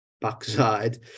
backside